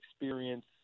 experience